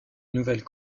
nouvelle